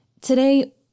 today